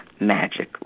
magic